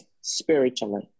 spiritually